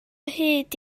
hyd